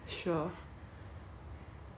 I feel like baking the macarons leh